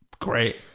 great